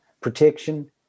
protection